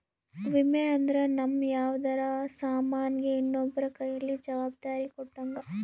ವಿಮೆ ಅಂದ್ರ ನಮ್ ಯಾವ್ದರ ಸಾಮನ್ ಗೆ ಇನ್ನೊಬ್ರ ಕೈಯಲ್ಲಿ ಜವಾಬ್ದಾರಿ ಕೊಟ್ಟಂಗ